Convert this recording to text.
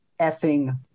effing